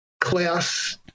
class